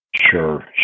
Sure